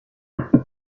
privately